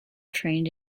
trained